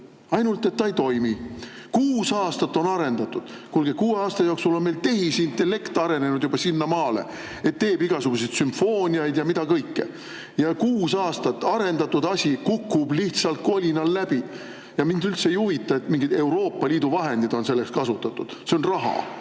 Ainult et ta ei toimi! Kuus aastat on arendatud! Kuulge, kuue aasta jooksul on meil tehisintellekt arenenud juba sinnamaale, et teeb igasuguseid sümfooniaid ja mida kõike, ja kuus aastat arendatud asi kukub lihtsalt kolinal läbi! Mind üldse ei huvita, et mingeid Euroopa Liidu vahendeid on selleks kasutatud. See on raha!